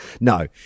No